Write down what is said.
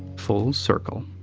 full circle.